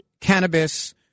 cannabis –